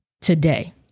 today